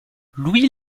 louis